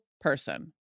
person